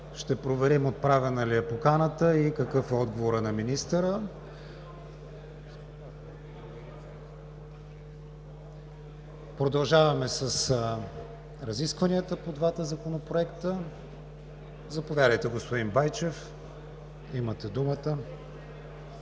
Ще проверим отправена ли е поканата и какъв е отговорът на министъра. Продължаваме с разискванията по двата законопроекта. Заповядайте, господин Байчев. Имате думата.